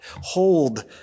Hold